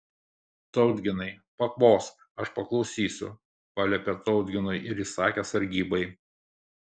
tautginai pakvosk aš paklausysiu paliepė tautginui ir įsakė sargybai